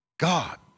God